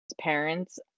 parents